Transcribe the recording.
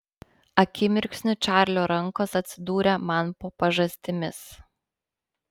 akimirksniu čarlio rankos atsidūrė man po pažastimis